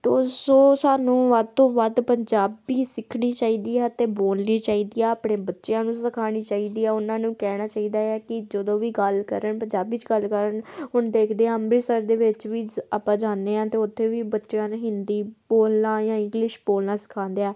ਤੋਂ ਸੋ ਸਾਨੂੰ ਵੱਧ ਤੋਂ ਵੱਧ ਪੰਜਾਬੀ ਸਿੱਖਣੀ ਚਾਹੀਦੀ ਆ ਅਤੇ ਬੋਲਣੀ ਚਾਹੀਦੀ ਆ ਆਪਣੇ ਬੱਚਿਆਂ ਨੂੰ ਸਿਖਾਉਣੀ ਚਾਹੀਦੀ ਹੈ ਉਹਨਾਂ ਨੂੰ ਕਹਿਣਾ ਚਾਹੀਦਾ ਹੈ ਕਿ ਜਦੋਂ ਵੀ ਗੱਲ ਕਰਨ ਪੰਜਾਬੀ 'ਚ ਗੱਲ ਕਰਨ ਹੁਣ ਦੇਖਦੇ ਹਾਂ ਅੰਮ੍ਰਿਤਸਰ ਦੇ ਵਿੱਚ ਵੀ ਆਪਾਂ ਜਾਂਦੇ ਹਾਂ ਅਤੇ ਉੱਥੇ ਵੀ ਬੱਚਿਆਂ ਨੂੰ ਹਿੰਦੀ ਬੋਲਣਾ ਜਾਂ ਇੰਗਲਿਸ਼ ਬੋਲਣਾ ਸਿਖਾਉਂਦੇ ਹੈ